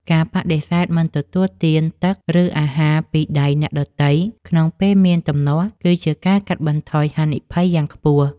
ការបដិសេធមិនទទួលទានទឹកឬអាហារពីដៃអ្នកដទៃក្នុងពេលមានទំនាស់គឺជាការកាត់បន្ថយហានិភ័យយ៉ាងខ្ពស់។